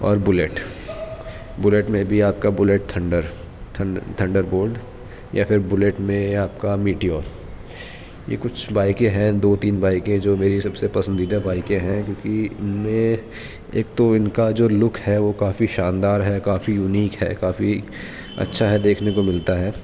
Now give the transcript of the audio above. اور Bullet Bullet میں بھی آپ کا بلٹ تھنڈر تھنڈر بولٹ یا پھر بلٹ میں آپ کا میٹیور یہ کچھ بائکیں ہیں دو تین بائکیں جو میری سب سے پسندیدہ بائکیں ہیں کیوںکہ ان میں ایک تو ان کا جو لک ہے وہ کافی شاندار ہے کافی یونیک ہے کافی اچھا ہے دیکھنے کو ملتا ہے